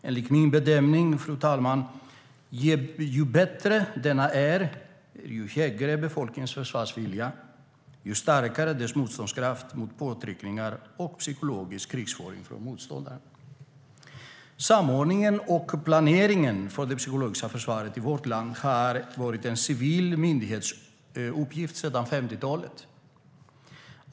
Enligt min bedömning, fru talman, är det så att ju bättre denna är och ju högre befolkningens försvarsvilja är, desto starkare är dess motståndskraft mot påtryckningar och psykologisk krigföring från motståndaren. Samordningen och planeringen för det psykologiska försvaret i vårt land har varit en civil myndighetsuppgift sedan 50-talet.